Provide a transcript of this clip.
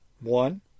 One